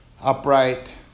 upright